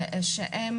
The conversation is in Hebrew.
שהם